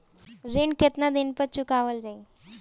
ऋण केतना दिन पर चुकवाल जाइ?